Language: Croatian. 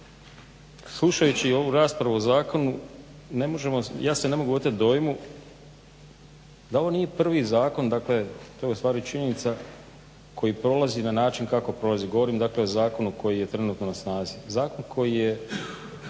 slušajući ovu raspravu o zakonu ne možemo, ja se ne mogu otet dojmu da ovo nije prvi zakon. Dakle, to je u stvari činjenica koji prolazi na način kako prolazi. Govorim dakle o zakonu koji je trenutno na snazi. Zakon koji je